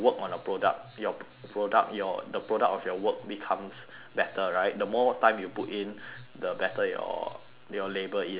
your p~ product your the product of your work becomes better right the more time you put in the better your your labour is correct